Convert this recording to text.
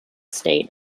state